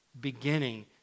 beginning